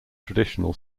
traditional